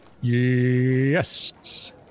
Yes